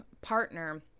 partner